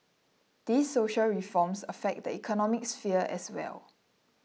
these social reforms affect the economic sphere as well